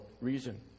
reason